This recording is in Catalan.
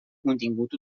contingut